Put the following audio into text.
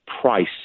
price